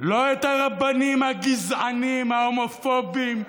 לא את הרבנים הגזענים, ההומופובים,